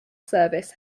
service